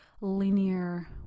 linear